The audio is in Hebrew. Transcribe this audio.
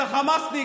אתה חמאסניק.